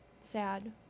Sad